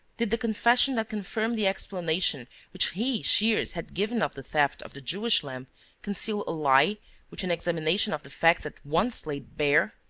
did the confession that confirmed the explanation which he, shears, had given of the theft of the jewish lamp conceal a lie which an examination of the facts at once laid bare?